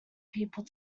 people